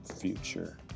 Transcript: future